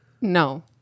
No